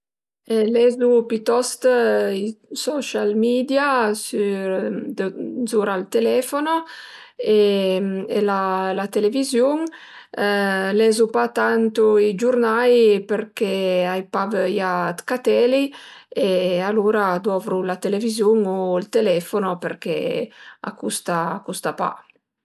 Lezu pitost i social media sür zura ël telefono e la televiziun, lezu pa tantu i giurnai përché ai pa vöia dë cateli e alura dovru la televiziun u ël telefono përché a custa pa